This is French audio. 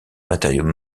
matériaux